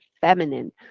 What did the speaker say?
feminine